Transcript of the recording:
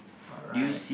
alright